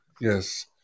yes